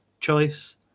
choice